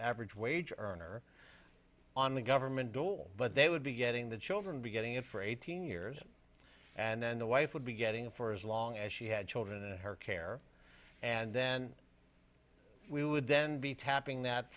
average wage earner on the government dole but they would be getting the children be getting it for eighteen years and then the wife would be getting for as long as she had children in her care and then we would then be tapping that